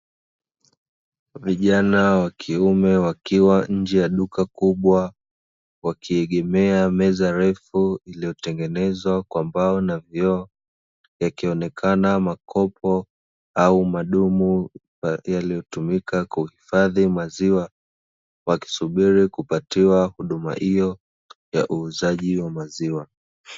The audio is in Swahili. Vijana wa kiume wakiwa nje ya duka kubwa wakiegemea meza refu iliyo tengenezwa kwa mbao na vioo, yakionekana makopo au madumu yaliyotumika kuhifadhi maziwa, wakisubiri kupatiwa huduma hio ya uuzaji wa maziwa.